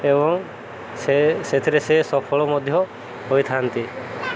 ଏବଂ ସେ ସେଥିରେ ସେ ସଫଳ ମଧ୍ୟ ହୋଇଥାନ୍ତି